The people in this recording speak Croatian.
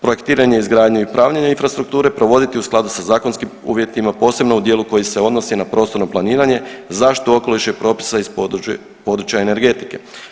Projektiranje, izgradnju i pravljenje infrastrukture provoditi u skladu sa zakonskim uvjetima posebno u dijelu koji se odnosi na prostorno planiranje, zaštitu okoliša i propisa iz područja energetike.